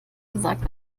gesagt